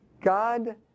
God